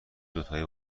دوتایی